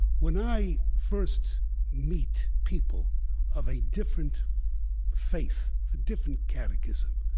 when i first meet people of a different faith, a different catechism,